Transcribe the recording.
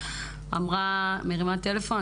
אמרה: מרימה טלפון,